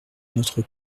notre